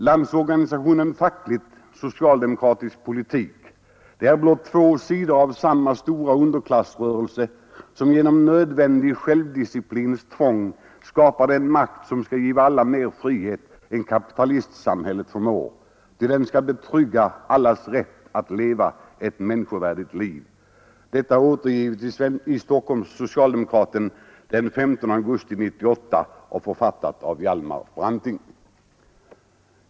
Landsorganisationen fackligt, socialdemokrati politiskt, det är blott två sidor av samma stora underklassrörelse, som genom nödvändig självdisciplins tvång skapar den Nr 111 makt, som skall giva alla mera frihet än kapitalistsamhället förmår, ty den Tisdagen den skall betrygga allas rätt att leva ett människovärdigt liv.” 5 juni 1973 Detta är återgivet i Social-Demokraten den 15 augusti 1898 och -—— =+Fförfattat av Hjalmar Branting.